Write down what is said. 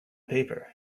paper